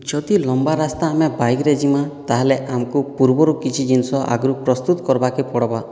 ଯଦି ଲମ୍ବା ରାସ୍ତା ଆମେ ବାଇକରେ ଯିମା ତାହେଲେ ଆମକୁ ପୂର୍ବରୁ କିଛି ଜିନିଷ ଆଗରୁ ପ୍ରସ୍ତୁତ କର୍ବାକେ ପଡ଼୍ବା